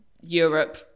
Europe